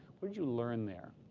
what did you learn there?